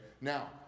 Now